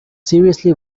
seriously